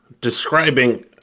describing